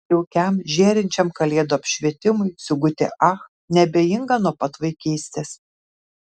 jaukiam žėrinčiam kalėdų apšvietimui sigutė ach neabejinga nuo pat vaikystės